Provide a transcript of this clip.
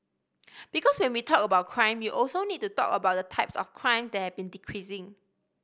because when we talk about crime we also need to talk about the types of crimes that have been decreasing